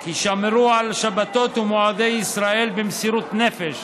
כי שמרו על שבתות ומועדי ישראל במסירות נפש